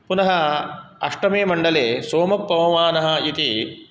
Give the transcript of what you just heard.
पुनः अष्टमे मण्डले सोमः पवमानः इति